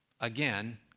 again